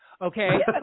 okay